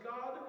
God